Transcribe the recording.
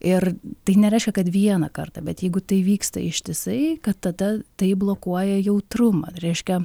ir tai nereiškia kad vieną kartą bet jeigu tai vyksta ištisai kad tada tai blokuoja jautrumą reiškia